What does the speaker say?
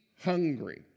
hungry